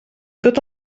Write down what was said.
tot